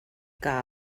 que